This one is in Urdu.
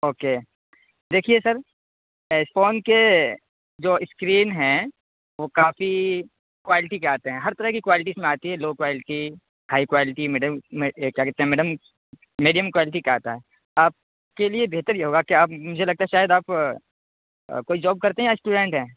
اوکے دیکھیے سر ایس فون کے جو اسکرین ہیں وہ کافی کوالٹی کے آتے ہیں ہر طرح کی کوالٹی اس میں آتی ہے low quality high quality madam یہ کیا کہتے ہیں میڈم میڈیم کوالٹی کا آتا ہے آپ کے لیے بہتر یہ ہوگا کہ آپ مجھے لگتا ہے شاید آپ کوئی جاب کرتے ہیں یا اسٹوڈینٹ ہیں